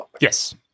Yes